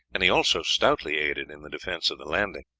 and he also stoutly aided in the defence of the landing.